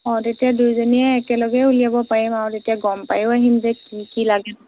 অ তেতিয়া দুয়োজনীয়ে একেলগে উলিয়াব পাৰিম আৰু তেতিয়া গম পায়ো আহিম যে কি কি লাগে